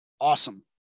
awesome